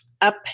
up